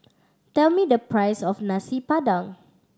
tell me the price of Nasi Padang